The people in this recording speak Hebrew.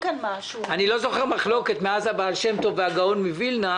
אני לא זוכר מחלוקת מאז הבעל שם טוב והגאון מווילנה,